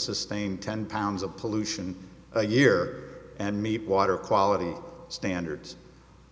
sustain ten pounds of pollution a year and meet water quality standards